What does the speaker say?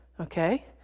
Okay